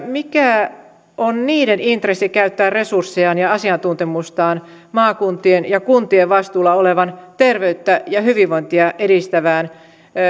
mikä on niiden intressi käyttää resurssejaan ja asiantuntemustaan maakuntien ja kuntien vastuulla olevaan terveyttä ja hyvinvointia edistävään